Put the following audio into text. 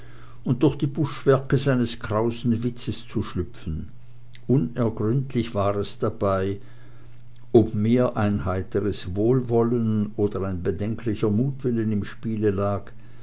und durch die buschwerke seines krausen witzes zu schlüpfen unergründlich war es dabei ob mehr ein heiteres wohlwollen oder ein bedenklicher mutwillen im spiele lag